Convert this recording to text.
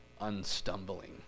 unstumbling